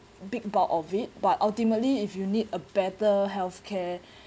big bulk of it but ultimately if you need a better health care